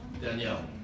Danielle